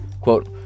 Quote